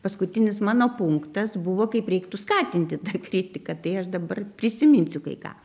paskutinis mano punktas buvo kaip reiktų skatinti tą kritiką tai aš dabar prisiminsiu kai ką